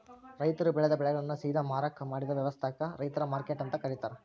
ರೈತರು ಬೆಳೆದ ಬೆಳೆಗಳನ್ನ ಸೇದಾ ಮಾರಾಕ್ ಮಾಡಿದ ವ್ಯವಸ್ಥಾಕ ರೈತರ ಮಾರ್ಕೆಟ್ ಅಂತ ಕರೇತಾರ